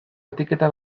etiketa